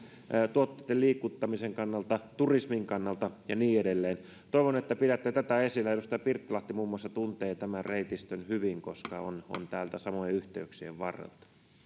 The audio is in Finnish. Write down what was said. tuotteitten liikuttamisen kannalta turismin kannalta ja niin edelleen toivon että pidätte tätä esillä muun muassa edustaja pirttilahti tuntee tämän reitistön hyvin koska on samojen yhteyksien varrelta